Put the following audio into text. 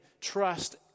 trust